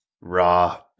raw